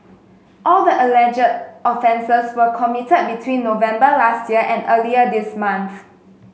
all the alleged offences were committed between November last year and earlier this month